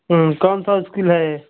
कौन सा स्कूल है